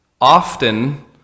Often